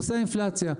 נושא האינפלציה.